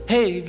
Hey